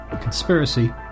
conspiracy